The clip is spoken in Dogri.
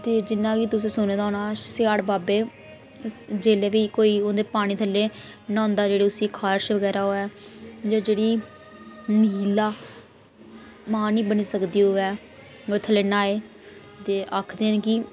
इत्थें जियां कि तुसें सुने दा होना सेयाढ बाबे जेल्लै बी कोई ओह्दे पानी थल्लै न्हांदा जेहड़ी उसी खारश बगैरा होऐ जां जेह्ड़ी महिला मां निं बनी सकदी होऐ ओह्दे थल्लै न्हाए ते आखदे न कि